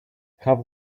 have